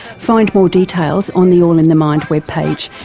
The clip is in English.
find more details on the all in the mind webpage,